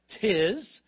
tis